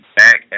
back